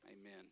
Amen